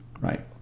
Right